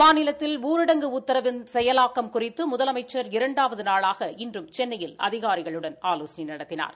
மாநிலத்தில் ஊரடங்கு உத்தரவின் செயலாக்கம் குறித்து முதலமைச்சா் இரண்டாவது நாளாக இன்றும் சென்னையில் அதிகாரிகளுடன் ஆலோசனை நடத்தினார்